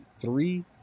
Three